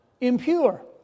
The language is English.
impure